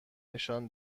نشان